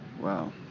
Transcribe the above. Wow